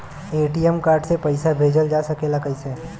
ATM card से पइसा भेजल जा सकेला कइसे?